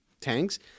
tanks